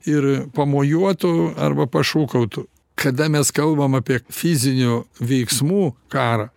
ir pamojuotų arba pašūkautų kada mes kalbam apie fizinių veiksmų karą